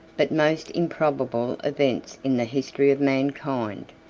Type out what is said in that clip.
but most improbable events in the history of mankind.